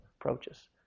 approaches